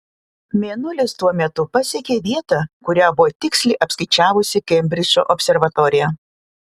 mėnulis tuo metu pasiekė vietą kurią buvo tiksliai apskaičiavusi kembridžo observatorija